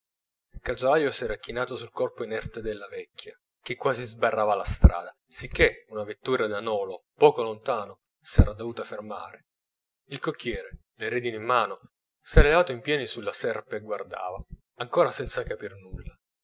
il calzolaio s'era chinato sul corpo inerte della vecchia che quasi sbarrava la strada sicchè una vettura da nolo poco lontano s'era dovuta fermare il cocchiere le redini in mano s'era levato in piedi sulla serpe e guardava ancora senza capir nulla